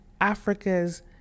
Africa's